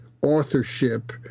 authorship